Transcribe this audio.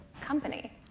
company